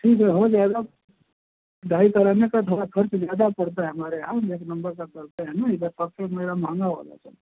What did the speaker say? ठीक है हो जाएगा डाई कराने का थोड़ा खर्च ज़्यादा पड़ता है हमारे यहाँ हम एक नंबर का करते हैं ना इधर सबसे मेरा महँगा वाला चलता है